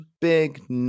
big